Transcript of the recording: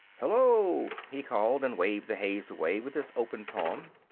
hello! he called, and waved the haze away with his open palm.